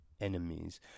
enemies